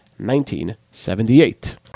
1978